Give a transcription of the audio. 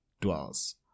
dwells